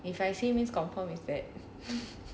if I say means confirm is that